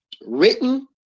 written